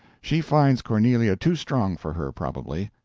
she finds cornelia too strong for her, probably.